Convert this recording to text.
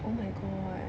oh my god